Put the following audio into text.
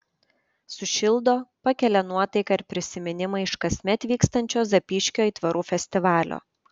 sušildo pakelia nuotaiką ir prisiminimai iš kasmet vykstančio zapyškio aitvarų festivalio